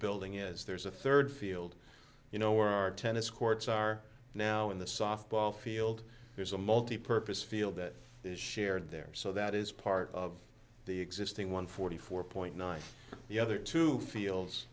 building is yes there's a third field you know where our tennis courts are now in the softball field there's a multipurpose field that is shared there so that is part of the existing one forty four point nine the other two fields